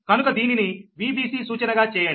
కనుక దీనిని Vbc సూచనగా చేయండి